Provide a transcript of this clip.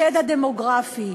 השד הדמוגרפי.